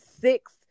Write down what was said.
six